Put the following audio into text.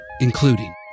including